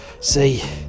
See